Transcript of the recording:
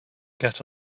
get